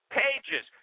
pages